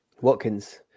Watkins